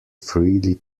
freely